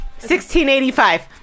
1685